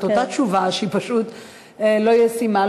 אותה תשובה שהיא פשוט לא ישימה,